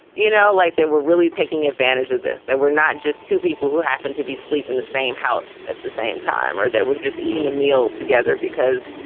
you know, like they were really taking advantage of this. they were not just two people who happen to be sleep in the same house at the same time or that were just eating a meal together because,